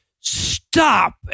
stop